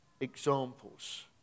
examples